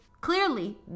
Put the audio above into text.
clearly